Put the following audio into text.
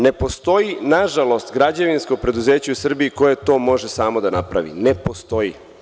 Ne postoji na žalost građevinsko preduzeće u Srbiji koje to može samo da napravi, ne postoji.